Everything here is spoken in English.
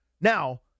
Now